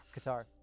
Qatar